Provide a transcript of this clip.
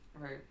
Right